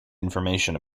information